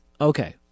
Okay